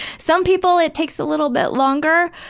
some people it takes a little bit longer.